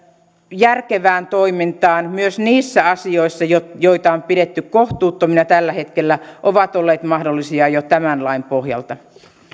järkevään toimintaan myös niissä asioissa joita joita on pidetty kohtuuttomina tällä hetkellä ovat olleet mahdollisia jo tämän lain pohjalta